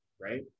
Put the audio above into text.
right